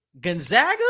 Gonzaga